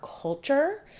culture